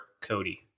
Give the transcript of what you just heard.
Cody